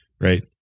Right